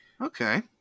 Okay